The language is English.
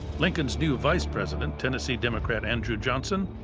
lincoln's new vice president, tennessee democrat andrew johnson